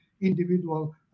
individual